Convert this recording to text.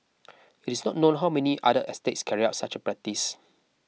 it is not known how many other estates carried out such a practice